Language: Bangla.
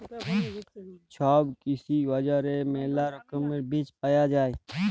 ছব কৃষি বাজারে মেলা রকমের বীজ পায়া যাই